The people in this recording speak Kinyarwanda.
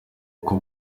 uko